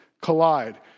collide